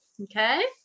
Okay